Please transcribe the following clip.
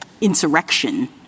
insurrection